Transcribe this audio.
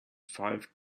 five